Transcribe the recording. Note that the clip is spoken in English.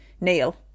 Neil